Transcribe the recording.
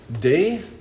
day